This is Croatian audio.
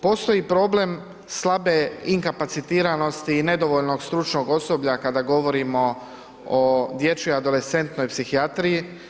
Postoji problem slabe inkapacitiranosti i nedovoljnog stručnog osoblja kada govorimo o dječjoj adolescentnoj psihijatriji.